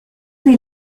des